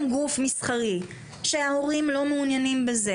גוף מסחרי שההורים לא מעוניינים בזה,